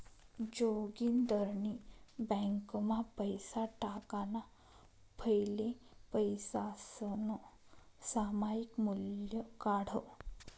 जोगिंदरनी ब्यांकमा पैसा टाकाणा फैले पैसासनं सामायिक मूल्य काढं